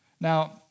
Now